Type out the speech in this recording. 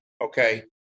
okay